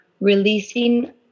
releasing